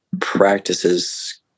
practices